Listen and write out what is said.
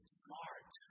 smart